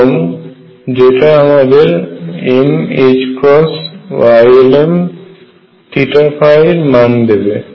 এবং যেটা আমাদের mYlm মান দেবে